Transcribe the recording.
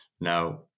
now